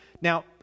Now